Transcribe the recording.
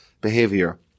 behavior